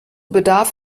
bedarf